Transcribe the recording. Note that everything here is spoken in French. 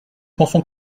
pensons